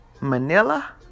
Manila